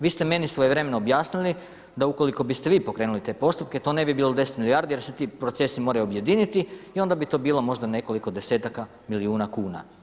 Vi ste meni svojevremeno objasnili da ukoliko biste vi pokrenuli te postupke, to ne bi bilo 10 milijardi jer se ti procesi moraju objediniti i onda bi to bilo možda nekoliko desetaka milijuna kuna.